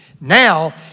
now